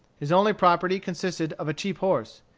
his only property consisted of a cheap horse.